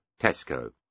Tesco